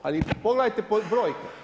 Ali pogledajte brojke.